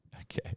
Okay